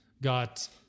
got